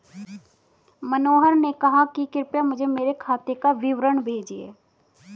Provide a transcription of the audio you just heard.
मनोहर ने कहा कि कृपया मुझें मेरे खाते का विवरण भेजिए